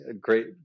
great